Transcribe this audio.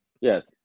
Yes